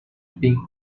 spin